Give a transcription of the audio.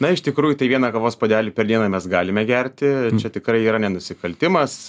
na iš tikrųjų tai vieną kavos puodelį per dieną mes galime gerti čia tikrai yra ne nusikaltimas